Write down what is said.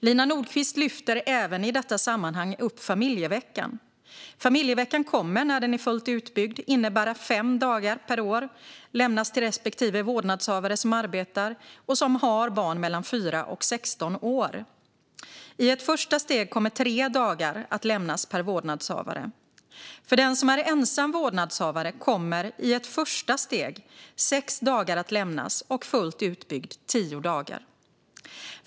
Lina Nordquist lyfter även i detta sammanhang upp familjeveckan. Familjeveckan kommer när den är fullt utbyggd att innebära att fem dagar per år lämnas till respektive vårdnadshavare som arbetar och som har barn mellan 4 och 16 år. I ett första steg kommer tre dagar att lämnas per vårdnadshavare. För den som är ensam vårdnadshavare kommer i ett första steg sex dagar att lämnas och vid full utbyggnad tio dagar.